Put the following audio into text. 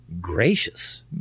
gracious